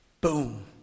Boom